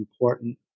important